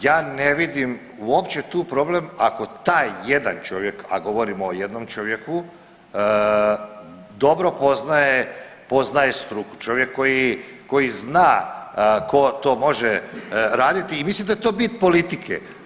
Ja ne vidim uopće tu problem ako taj jedan čovjek, a govorimo o jednom čovjeku, dobro poznaje, poznaje struku, čovjek koji, koji zna ko to može raditi i mislim da je to bit politike.